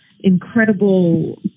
incredible